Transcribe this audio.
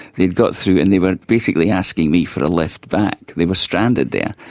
they'd got through and they were basically asking me for a lift back, they were stranded there,